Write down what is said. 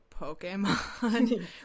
Pokemon